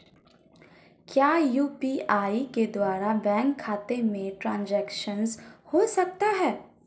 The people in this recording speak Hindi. क्या यू.पी.आई के द्वारा बैंक खाते में ट्रैन्ज़ैक्शन हो सकता है?